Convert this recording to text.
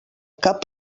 cap